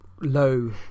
low